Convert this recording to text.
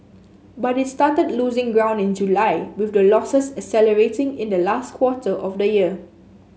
but it started losing ground in July with the losses accelerating in the last quarter of the year